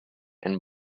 and